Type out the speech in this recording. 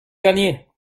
gagné